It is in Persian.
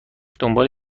دنبال